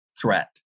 threat